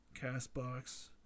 CastBox